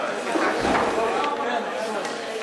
צבירת יחידות של שירותי גלישה באינטרנט באמצעות רט"ן מחוץ לישראל),